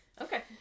Okay